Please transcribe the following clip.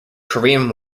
korean